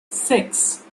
six